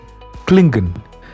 Klingon